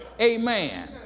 Amen